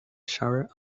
shower